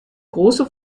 große